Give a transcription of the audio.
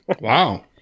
wow